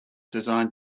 designed